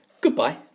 Goodbye